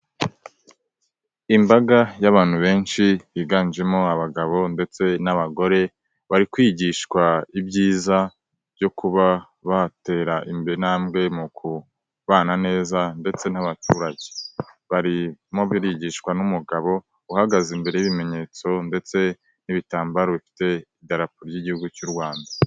Imbaga y'abantu benshi biganjemo abagabo ndetse n'abagore, bari kwigishwa ibyiza byo kuba batera imbere intambwe mu kubana neza ndetse n'abaturage, barimo barigishwa n'umugabo uhagaze imbere y'ibimenyetso ndetse n'ibitambaro bifite idarapo ry'igihugu cy'u Rwanda.